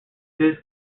this